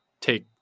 take